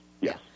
yes